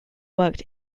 worked